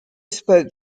spoke